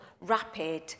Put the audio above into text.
rapid